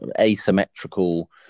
asymmetrical